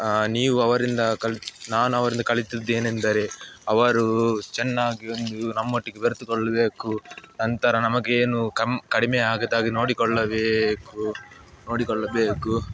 ನೀವು ಅವರಿಂದ ಕಲ್ತು ನಾನು ಅವರಿಂದ ಕಲಿತದ್ದು ಏನೆಂದರೆ ಅವರು ಚೆನ್ನಾಗಿ ಒಂದು ನಮೊಟ್ಟಿಗೆ ಬೆರೆತುಕೊಳ್ಳಬೇಕು ನಂತರ ನಮಗೇನೂ ಕಮ್ಮಿ ಕಡಿಮೆ ಆಗದಾಗೇ ನೋಡಿಕೊಳ್ಳಬೇಕು ನೋಡಿಕೊಳ್ಳಬೇಕು